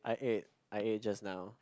I ate I ate just now